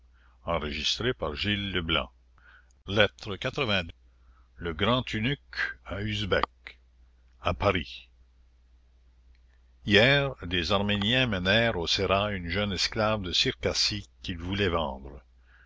lettre lxxx le grand eunuque noir à usbek à paris h ier des arméniens menèrent au sérail une jeune esclave de circassie qu'ils vouloient vendre